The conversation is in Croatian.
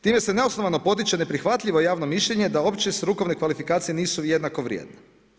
Time se neosnovano potiče neprihvatljivo javno mišljenje da opće strukovne kvalifikacije nisu jednako vrijedne.